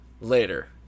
later